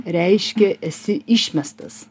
reiškia esi išmestas